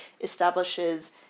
establishes